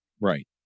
Right